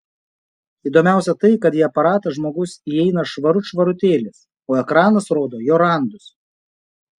įdomiausia tai kad į aparatą žmogus įeina švarut švarutėlis o ekranas rodo jo randus